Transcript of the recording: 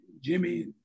Jimmy